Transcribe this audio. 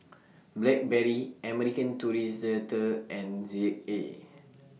Blackberry American Tourister and Z A